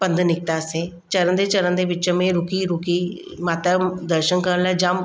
पंधु निकितासीं चढ़ंदे चढ़ंदे विच में रुकी रुकी माता जो दर्शनु करण लाइ जाम